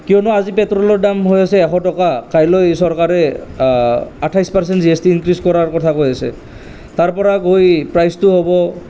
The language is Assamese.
কিয়নো আজি পেট্ৰলৰ দাম হৈ আছে এশ টকা কাইলৈ চৰকাৰে আঠাইছ percent G S T increase কৰাৰ কথা কৈ আছে তাৰ পৰা গৈ প্ৰাইজটো হ'ব